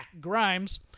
Grimes